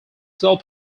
sell